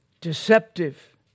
Deceptive